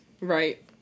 Right